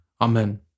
Amen